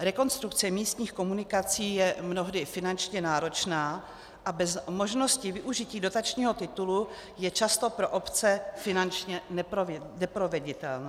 Rekonstrukce místních komunikací je mnohdy finančně náročná a bez možnosti využití dotačního titulu je často pro obce finančně neproveditelná.